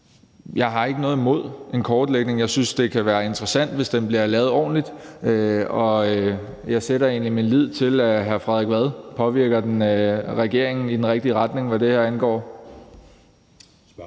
Jeg har ikke noget imod en kortlægning. Jeg synes, det kan være interessant, hvis den bliver lavet ordentligt, og jeg sætter egentlig min lid til, at hr. Frederik Vad påvirker regeringen i den rigtige retning, hvad det her angår.